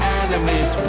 enemies